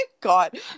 god